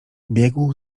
biegł